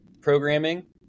programming